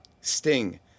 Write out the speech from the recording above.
Sting